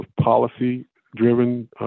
policy-driven